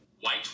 white